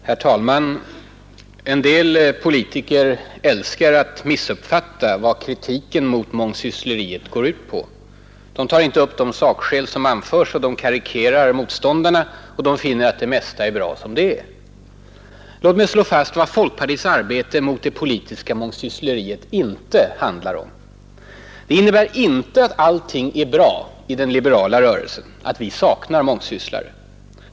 Herr talman! En del politiker älskar att missuppfatta vad kritiken mot mångsyssleriet går ut på. De tar inte upp de sakskäl som anförs. De karikerar motståndarna. Och de finner att det mesta är bra som det är. Låt mig slå fast vad folkpartiets arbete mot det politiska mångsyssleriet inte handlar om. Det innebär inte att allting är bra i den liberala rörelsen, att vi saknar mångsysslare.